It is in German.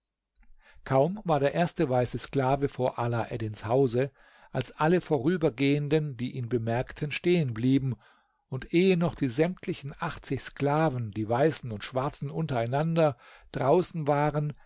kaum war der erste weiße sklave vor alaeddins hause als alle vorübergehenden die ihn bemerkten stehen blieben und ehe noch die sämtlichen achtzig sklaven die weißen und schwarzen untereinander draußen waren